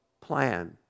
plan